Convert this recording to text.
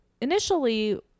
initially